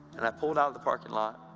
and i pulled out of the parking lot,